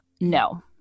No